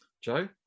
Joe